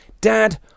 Dad